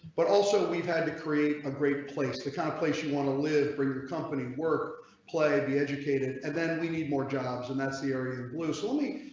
but also we've had to create a great place to kind of place you want to live bring your company work play the educated and then we need more jobs, and that's the area of blue soul mate.